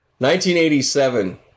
1987